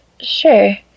sure